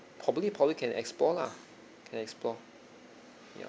probably probably can explore lah can explore ya